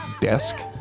desk